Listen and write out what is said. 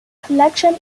collection